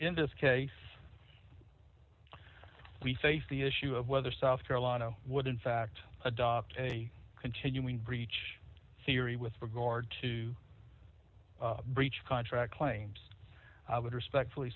in this case we faced the issue of whether south carolina would in fact adopt a continuing breach theory with regard to breach of contract claims i would respectfully